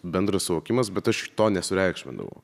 bendras suvokimas bet aš to nesureikšmindavau